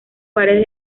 pares